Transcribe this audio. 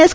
S